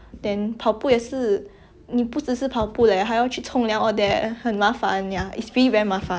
then no nobody got time to exercise that's why like all the obesity obesity rates going up all that yeah